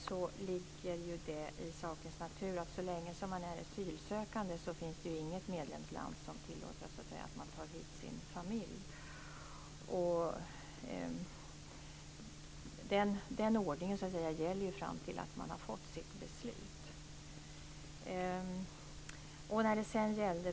Det ligger i sakens natur att inget medlemsland tillåter den som fortfarande är asylsökande att ta in sin familj. Den ordningen gäller fram till dess att vederbörande har fått sitt beslut.